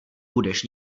budeš